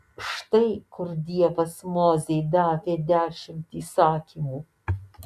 štai kur dievas mozei davė dešimt įsakymų